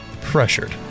pressured